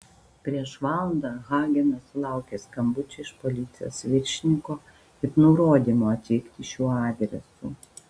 prieš valandą hagenas sulaukė skambučio iš policijos viršininko ir nurodymo atvykti šiuo adresu